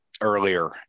earlier